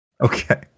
Okay